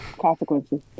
Consequences